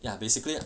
ya basically